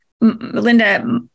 Linda